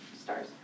stars